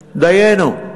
דיינו.